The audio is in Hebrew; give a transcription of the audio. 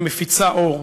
שמפיצה אור.